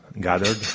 gathered